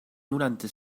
noranta